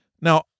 now